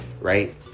right